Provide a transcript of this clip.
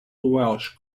welsh